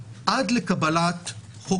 הממשלה הקודמת, עד לקבלת חוק